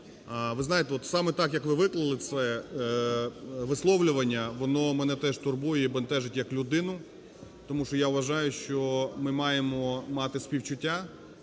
Ви знаєте, от саме так, як ви виклали це висловлювання, воно мене теж турбує і бентежить як людину, тому що я вважаю, що ми маємо мати співчуття